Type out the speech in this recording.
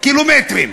קילומטרים,